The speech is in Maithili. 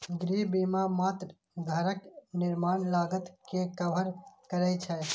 गृह बीमा मात्र घरक निर्माण लागत कें कवर करै छै